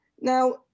Now